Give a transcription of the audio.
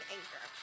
Anchor